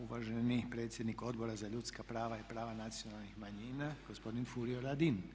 Uvaženi predsjednik Odbora za ljudska prava i prava nacionalnih manjina gospodin Furio Radin.